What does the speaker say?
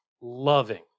loving